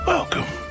Welcome